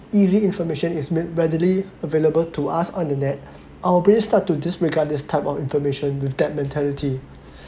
easy information is made readily available to us on the net our brains start to disregard this type of information with that mentality